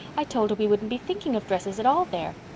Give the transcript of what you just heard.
i told her we wouldn't be thinking of dresses at all there.